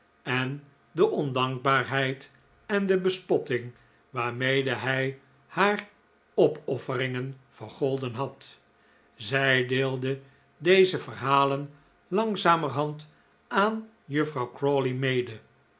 en de ondankbaarheid en de bespotting waarmede hij haar opofferingen vergolden had zij deelde deze verhalen langzamerhand aan juffrouw crawley mede